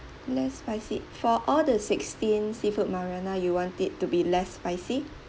less spicy for all the sixteen seafood marinara you want it to be less spicy